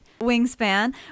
wingspan